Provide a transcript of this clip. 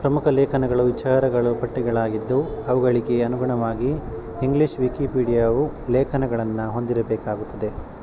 ಪ್ರಮುಖ ಲೇಖನಗಳು ವಿಚಾರಗಳು ಪಟ್ಟಿಗಳಾಗಿದ್ದು ಅವುಗಳಿಗೆ ಅನುಗುಣವಾಗಿ ಇಂಗ್ಲೀಷ್ ವಿಕಿಪೀಡಿಯಾವು ಲೇಕನಗಳನ್ನ ಹೊಂದಿರಬೇಕಾಗುತ್ತದೆ